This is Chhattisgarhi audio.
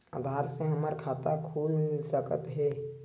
आधार से हमर खाता खुल सकत हे?